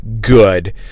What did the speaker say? good